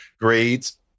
grades